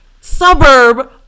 suburb